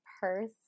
purse